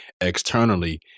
externally